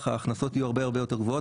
ההכנסות יהיו הרבה הרבה היותר גבוהות.